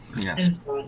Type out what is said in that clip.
Yes